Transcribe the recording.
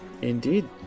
Indeed